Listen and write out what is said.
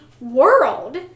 World